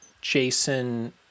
Jason